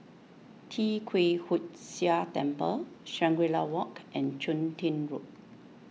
Tee Kwee Hood Sia Temple Shangri La Walk and Chun Tin Road